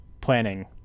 planning